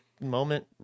moment